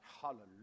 Hallelujah